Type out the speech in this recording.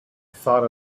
thought